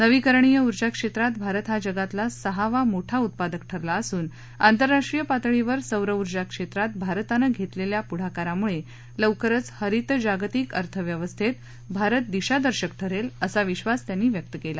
नवीकरणीय ऊर्जा क्षक्रीत भारत हा जगातला सहावा मोठा उत्पादक ठरला असून आंतरराष्ट्रीय पातळीवर सौरऊर्जा क्षप्रति भारतानं घत्रिस्वा पुढाकारामुळलिवकरच हरित जागतिक अर्थव्यवस्थातीमारत दिशादर्शक ठरल्व असा विश्वास त्यांनी व्यक्त कला